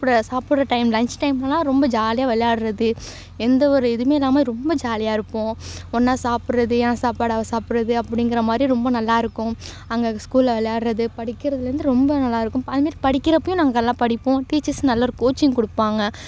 சாப்பிட்ற சாப்பிட்ற time lunch டைம்லலாம் ரொம்ப ஜாலியாக விளையாட்றது எந்தவொரு இதுவுமே இல்லாமல் ரொம்ப ஜாலியாக இருப்போம் ஒன்னாக சாப்பிட்றது என் சாப்பாடு அவள் சாப்பிட்றது அப்படிங்கிற மாதிரி ரொம்ப நல்லா இருக்கும் அங்கே ஸ்கூலில் விளையாட்றது படிக்கிறதுலேருந்து ரொம்ப நல்லா இருக்கும் அதுமாரி படிக்கிறப்பயும் நாங்கெல்லாம் படிப்போம் டீச்சர்ஸ் நல்ல ஒரு கோச்சிங் கொடுப்பாங்க